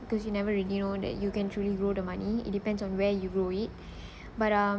because you never really know that you can truly rule the money it depends on where you rule it but ah